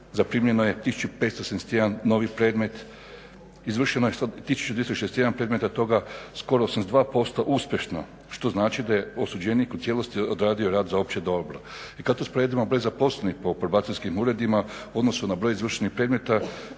Zaprimljeno je 1571 novi predmet, izvršeno je 1261 predmet od toga skoro 82% uspješno što znači da je osuđenik u cijelosti odradio rad za opće dobro. I kada to usporedimo broj zaposlenih po probacijskim uredima u odnosu na broj izvršenih predmeta